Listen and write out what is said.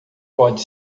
pode